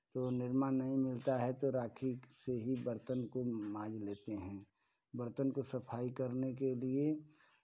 तो निरमा नहीं मिलता है तो राखी से ही बर्तन को माँज लेते हैं बर्तन को सफाई करने के लिये